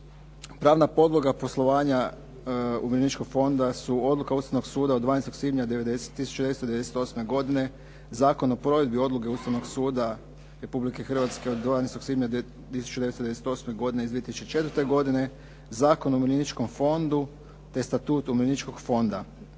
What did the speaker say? Pravna podloga poslovanja umirovljeničkog fonda su odluka Ustavnog suda od 12. svibnja 1998. godine, Zakon o provedbi odluke Ustavnog suda Republike Hrvatske od 12. svibnja 1998. godine iz 2004. godine, Zakon o umirovljeničkom fondu, te statut umirovljeničkog fonda,